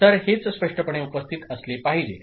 तर हेच स्पष्टपणे उपस्थित असले पाहिजे